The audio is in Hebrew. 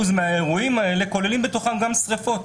מהאירועים האלה כוללים בתוכם גם שריפות.